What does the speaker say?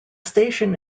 station